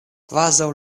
kvazaŭ